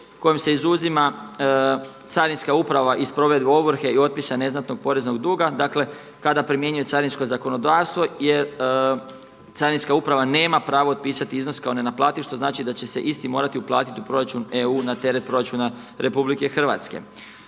kojima se izuzima carinska uprava iz provedbe ovrhe i otpisa neznatnog poreznog duga, dakle, kada primjenjuje carinsko zakonodavstvo jer carinska uprava nema pravo otpisati iznos kao nenaplativ, što znači da će se isti morati uplatiti u proračun EU na teret proračuna RH. U članku